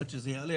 עד שתעלה